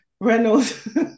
Reynolds